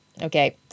Okay